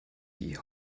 die